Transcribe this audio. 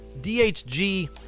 DHG